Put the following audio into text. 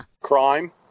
Crime